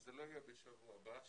שזה לא יהיה בשבוע הבא.